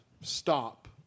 stop